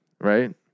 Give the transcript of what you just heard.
right